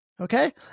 Okay